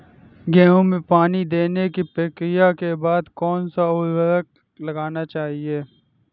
गेहूँ में पानी देने की प्रक्रिया के बाद कौन सा उर्वरक लगाना चाहिए?